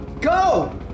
Go